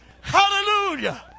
Hallelujah